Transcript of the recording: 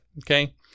Okay